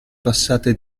passate